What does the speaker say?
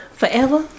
forever